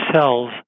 cells